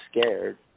scared